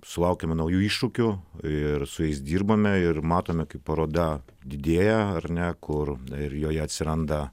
sulaukiame naujų iššūkių ir su jais dirbame ir matome kaip paroda didėja ar ne kur ir joje atsiranda